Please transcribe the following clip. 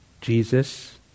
Jesus